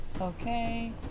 Okay